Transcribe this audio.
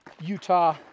Utah